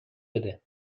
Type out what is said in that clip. بده